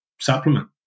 supplement